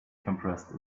compressed